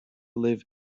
live